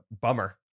bummer